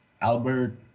Albert